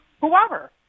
whoever